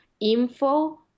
info